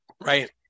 Right